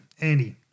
Andy